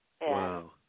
Wow